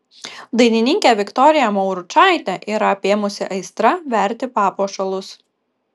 dainininkę viktoriją mauručaitę yra apėmusi aistra verti papuošalus